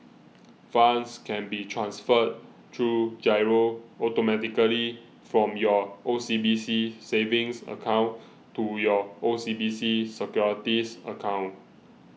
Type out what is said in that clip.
funds can be transferred through Giro automatically from your O C B C savings account to your O C B C securities account